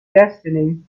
destiny